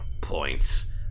points